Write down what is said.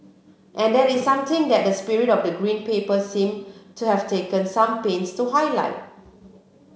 and this is something that the spirit of the Green Paper seem to have taken some pains to highlight